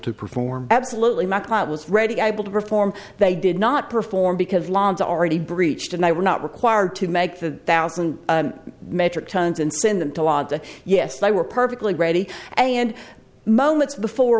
to perform absolutely my client was ready able to perform they did not perform because the already breached and they were not required to make the thousand metric tons and send them to yes they were perfectly ready and moments before